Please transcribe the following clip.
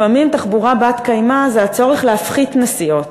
לפעמים תחבורה בת-קיימא זה הצורך להפחית נסיעות,